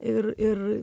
ir ir